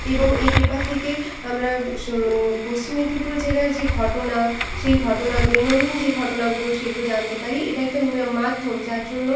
এবং এই পেপার থেকে আমরা স্ পশ্চিম মেদিনীপুর জেলার যে ঘটনা সেই ঘটনা দৈনন্দিন যে ঘটনাগুলো সেগুলো জানতে পারি এটা একটা মা মাধ্যম যার জন্য